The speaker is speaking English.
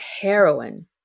Heroin